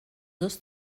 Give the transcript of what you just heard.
dos